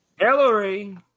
Hillary